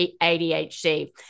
ADHD